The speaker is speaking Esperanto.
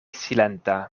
silenta